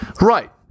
Right